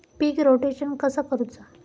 पीक rotation कसा करूचा?